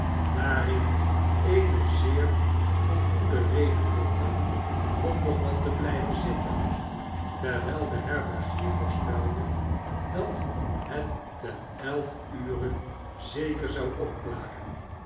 daarin eene zeer voldoende reden vonden om nog wat te t bliiven zitten terwijl de herbergier voorspelde dat het ten s ure zeker zou opklaren